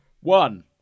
One